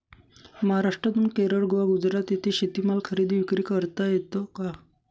महाराष्ट्रातून केरळ, गोवा, गुजरात येथे शेतीमाल खरेदी विक्री करता येतो का?